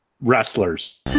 wrestlers